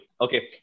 Okay